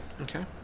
Okay